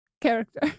character